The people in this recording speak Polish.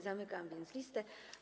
Zamykam więc listę.